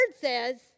says